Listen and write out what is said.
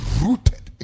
rooted